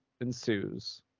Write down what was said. ensues